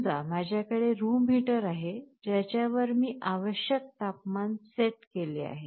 समजा माझ्याकडे room heater आहे ज्याच्यावर मी आवश्यक तापमान सेट केले आहे